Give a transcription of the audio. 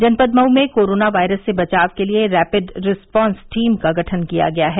जनपद मऊ में corona virus से बचाव के लिए रैपिड रेस्पांस टीम का गठन किया गया है